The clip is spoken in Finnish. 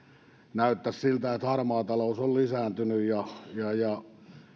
näyttäisi siltä että harmaa talous on lisääntynyt